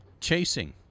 chasing